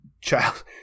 child –